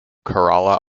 kerala